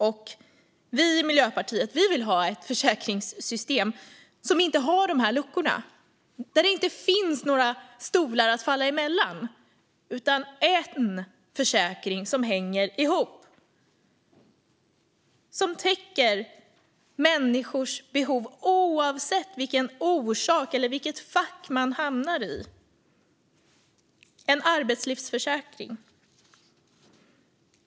Vi i Miljöpartiet vill ha ett försäkringssystem som inte har de luckorna och där det inte finns några stolar att falla mellan, utan det ska vara en försäkring som hänger ihop. Den ska täcka människors behov oavsett vilken orsak det handlar om och vilket fack de hamnar i. Det ska vara en arbetslivsförsäkring.